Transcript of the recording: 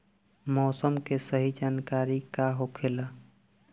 मौसम के सही जानकारी का होखेला?